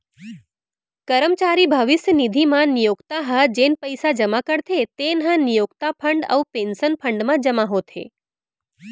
करमचारी भविस्य निधि म नियोक्ता ह जेन पइसा जमा करथे तेन ह नियोक्ता फंड अउ पेंसन फंड म जमा होथे